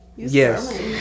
Yes